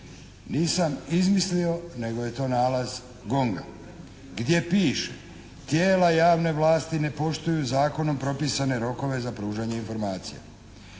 Nisam izmislio nego je to nalaz GONG-a gdje piše: "Tijela javne vlasti ne poštuju zakonom propisane rokove za pružanje informacija.